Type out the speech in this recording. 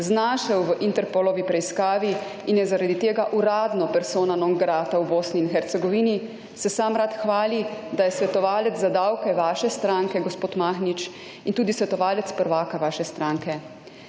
znašel v Interpolovi preiskavi in je zaradi tega uradno persona non grata v Bosni in Hercegovini, se sam rad hvali, da je svetovalec za davke vaše stranke gospod Mahnič in tudi svetovalec prvaka vaše stranke.